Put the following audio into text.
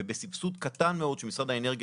ובסבסוד קטן מאוד של משרד האנרגיה,